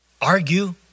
argue